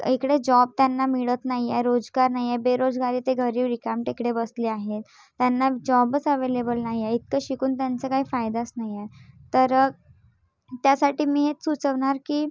इकडे जॉब त्यांना मिळत नाही आहे रोजगार नाही आहे बेरोजगारी ते घरी रिकामटेकडे बसले आहेत त्यांना जॉबच अवेलेबल नाही आहे इतकं शिकून त्यांचा काही फायदाच नाही आहे तर त्यासाठी मी एक सुचवणार की